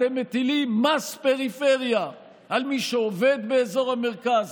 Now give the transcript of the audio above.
אתם מטילים מס פריפריה על מי שעובד באזור המרכז,